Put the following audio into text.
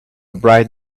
bright